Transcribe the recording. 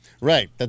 Right